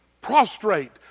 prostrate